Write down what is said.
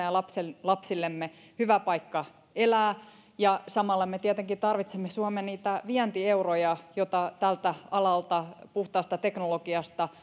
ja lapsenlapsillemme hyvä paikka elää ja samalla me tietenkin tarvitsemme suomeen niitä vientieuroja joita tältä alalta puhtaasta teknologiasta